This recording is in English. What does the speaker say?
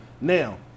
Now